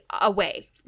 away